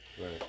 Right